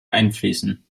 einfließen